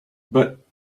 but